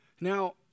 Now